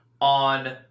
on